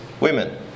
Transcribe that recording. women